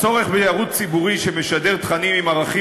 הצורך בערוץ ציבורי שמשדר תכנים עם ערכים